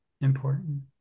important